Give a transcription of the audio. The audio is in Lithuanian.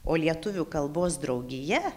o lietuvių kalbos draugija